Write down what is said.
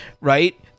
right